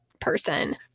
person